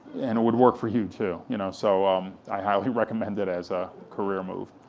and it would work for you too, you know. so um i highly recommend it as a career move.